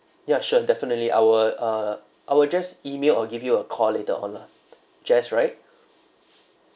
ya sure definitely I will err I will just email or give you a call later on lah jess right